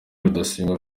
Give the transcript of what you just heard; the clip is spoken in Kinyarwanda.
rudasingwa